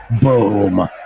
Boom